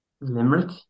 Limerick